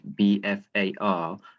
BFAR